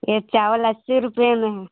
यह चावल अस्सी रुपये में है